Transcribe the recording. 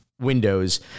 windows